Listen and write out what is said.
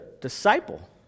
disciple